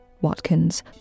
Watkins